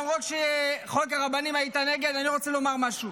למרות שבחוק הרבנים היית נגד, אני רוצה לומר משהו: